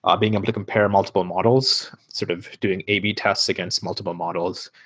ah being able to compare multiple models, sort of doing ab tests against multiple models.